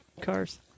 Cars